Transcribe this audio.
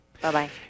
Bye-bye